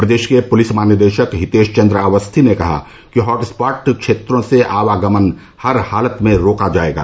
प्रदेश के पुलिस महानिदेशक हितेश चन्द्र अवस्थी ने कहा कि हॉट स्पॉट क्षेत्रों से आवागमन हर हालत में रोका जायेगा